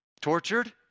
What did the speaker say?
Tortured